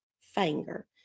Finger